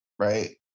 Right